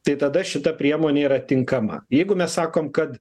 tai tada šita priemonė yra tinkama jeigu mes sakom kad